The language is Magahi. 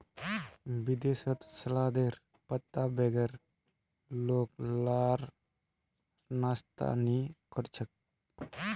विदेशत सलादेर पत्तार बगैर लोग लार नाश्ता नि कोर छे